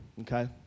Okay